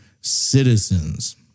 citizens